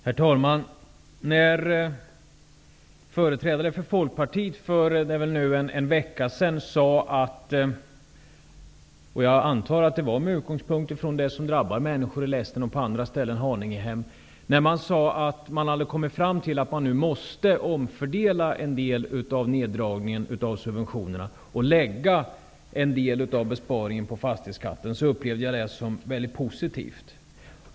Herr talman! Företrädare för Folkpartiet sade för en vecka sedan -- med utgångspunkt, antar jag, i det som drabbar människor i Lästen, Haningehem och på andra ställen -- att man hade kommit fram till att det nu var nödvändigt att omfördela en del av neddragningen av subventionerna och lägga en del av besparingen på fastighetsskatten. Jag upplevde det uttalandet som väldigt positivt.